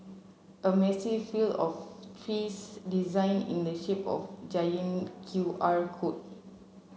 a massive field of trees designed in the shape of giant Q R code